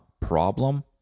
Problem